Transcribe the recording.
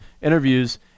interviews